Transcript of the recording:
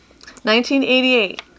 1988